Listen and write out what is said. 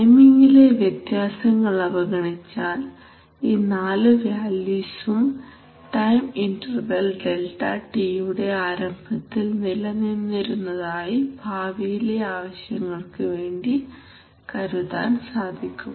ടൈമിങിലെ വ്യത്യാസങ്ങൾ അവഗണിച്ചാൽ ഈ നാല് വാല്യൂസും ടൈം ഇന്റർവൽ Δ T യുടെഡെൽറ്റ ടി ആരംഭത്തിൽ നിലനിന്നിരുന്നതായി ഭാവിയിലെ ആവശ്യങ്ങൾക്ക് വേണ്ടി കരുതാൻ സാധിക്കും